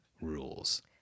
rules